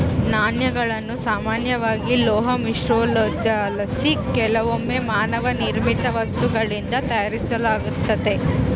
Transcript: ನಾಣ್ಯಗಳನ್ನು ಸಾಮಾನ್ಯವಾಗಿ ಲೋಹ ಮಿಶ್ರಲೋಹುದ್ಲಾಸಿ ಕೆಲವೊಮ್ಮೆ ಮಾನವ ನಿರ್ಮಿತ ವಸ್ತುಗಳಿಂದ ತಯಾರಿಸಲಾತತೆ